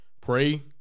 pray